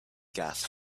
gas